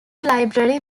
library